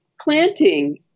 planting